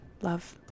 Love